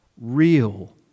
real